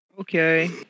Okay